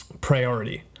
priority